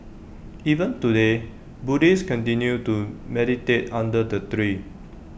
even today Buddhists continue to meditate under the tree